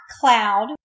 cloud